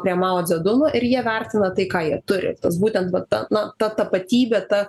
prie mao dzeduno ir jie vertina tai ką jie turi būtent va ta na ta tapatybė ta